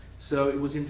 so it was,